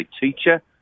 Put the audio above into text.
teacher